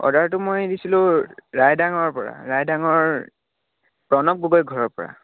অৰ্ডাৰটো মই দিছিলোঁ ৰায়দাঙৰপৰা ৰাইদাঙৰ প্ৰণৱ গগৈৰ ঘৰৰপৰা